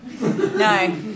No